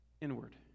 inward